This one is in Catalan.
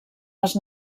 les